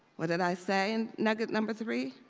what did i say in nugget number three?